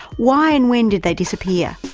why and when did they disappear?